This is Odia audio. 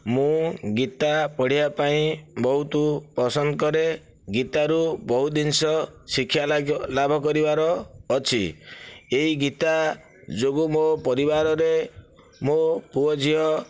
ମୁଁ ଗୀତା ପଢ଼ିବା ପାଇଁ ବହୁତ ପସନ୍ଦ କରେ ଗୀତାରୁ ବହୁ ଜିନିଷ ଶିକ୍ଷା ଲାଗି ଲାଭ କରିବାର ଅଛି ଏହି ଗୀତା ଯୋଗୁ ମୋ ପରିବାରରେ ମୋ ପୁଅ ଝିଅ